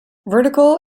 vertical